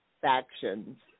factions